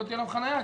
ולא תהיה להם חנייה,